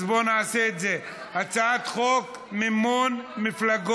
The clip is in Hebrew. אז בואו נעשה את זה: הצעת חוק מימון מפלגות